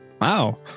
Wow